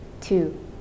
Two